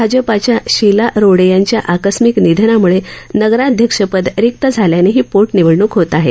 भाजपाच्या शीला रोडे यांच्या आकस्मिक निधनामुळे नगराध्यक्षपद रिक्त झाल्यानं ही पोटनिवडणूक होत आहे